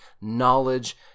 knowledge